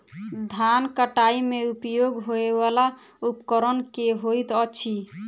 धान कटाई मे उपयोग होयवला उपकरण केँ होइत अछि?